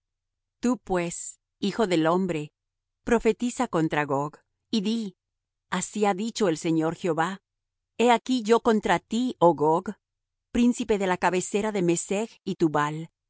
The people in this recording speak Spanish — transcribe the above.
tu pues hijo del hombre profetiza contra gog y di así ha dicho el señor jehová he aquí yo contra ti oh gog príncipe de la cabecera de mesech y tubal